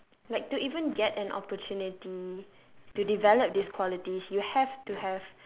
like to even get an opportunity to develop these qualities you have to have